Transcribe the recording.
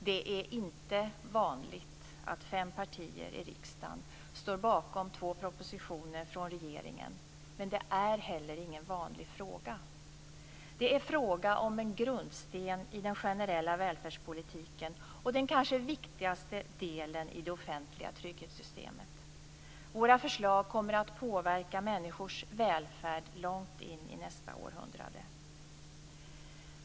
Det är inte vanligt att fem partier i riksdagen står bakom två propositioner från regeringen, men det är heller ingen vanlig fråga. Det är fråga om en grundsten i den generella välfärdspolitiken och den kanske viktigaste delen i det offentliga trygghetssystemet. Våra förslag kommer att påverka människors välfärd långt in i nästa århundrade.